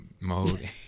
mode